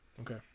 Okay